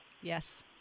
yes